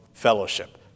Fellowship